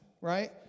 right